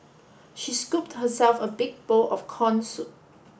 she scooped herself a big bowl of corn soup